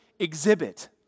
exhibit